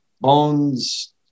bones